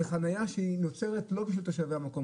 זה חנייה שהיא נוצרת לא בשביל תושבי המקום,